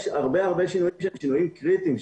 יש הרבה שינויים שהם שינויים קריטיים,